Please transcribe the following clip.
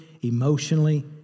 emotionally